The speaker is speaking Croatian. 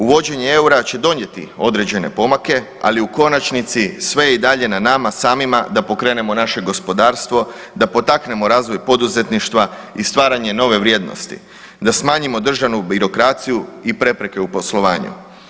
Uvođenje eura će donijeti određene pomake, ali u konačnici sve je i dalje na nama samima da pokrenemo naše gospodarstvo, da potaknemo razvoj poduzetništva i stvaranje nove vrijednosti, da smanjimo državnu birokraciju i prepreke u poslovanju.